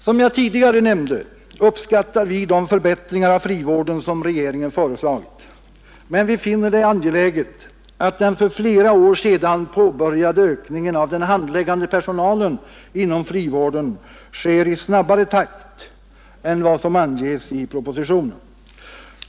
Som jag tidigare nämnde uppskattar vi de förbättringar av frivården som regeringen föreslagit, men vi finner det angeläget att den för flera år sedan påbörjade ökningen av den handläggande personalen inom frivården sker i snabbare takt än vad som anges i propositionen.